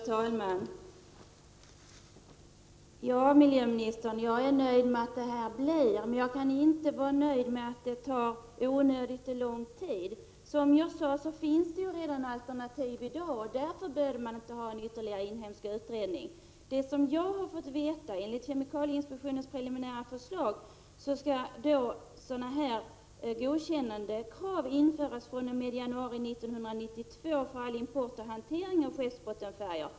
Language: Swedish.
Herr talman! Jag är nöjd med att det blir ett beslut, men jag är inte nöjd med att det tar onödigt lång tid. Som jag sade finns det redan alternativ i dag, och därför behövs ingen inhemsk utredning. Enligt kemikalieinspektionens preliminära förslag skall godkännandekrav införas den 1 januari 1992 för all import och hantering av skeppsbottenfärger.